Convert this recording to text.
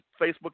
Facebook